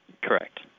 Correct